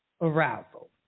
arousal